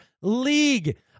league